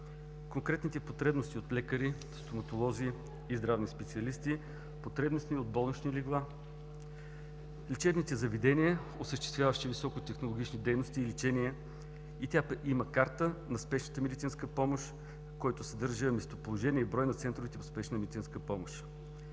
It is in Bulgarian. конкретните потребности от лекари, стоматолози и здравни специалисти, потребности от болнични легла, лечебните заведения, осъществяващи високотехнологични дейности и лечение. Тя има карта на Спешната медицинска помощ, която съдържа местоположение и брой на центровете по Спешна медицинска помощ.